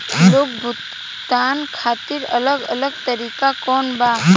Loan भुगतान खातिर अलग अलग तरीका कौन बा?